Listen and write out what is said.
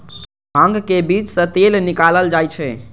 भांग के बीज सं तेल निकालल जाइ छै